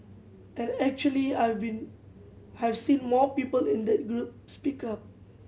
and actually I've been have seen more people in that group speak up